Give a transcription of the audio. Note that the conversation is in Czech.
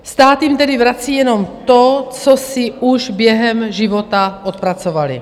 Stát jim tedy vrací jenom to, co si už během života odpracovali.